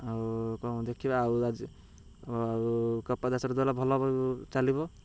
ଆଉ କ'ଣ ଦେଖିବା ଆଉ ଆଜି ଆଉ କପା ଚାଷଟା ଦେଲେ ଭଲ ଚାଲିବ